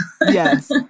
Yes